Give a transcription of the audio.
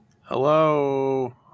Hello